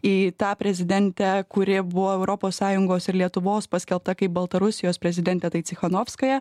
į tą prezidentę kuri buvo europos sąjungos ir lietuvos paskelbta kaip baltarusijos prezidentė tai cichanovskaja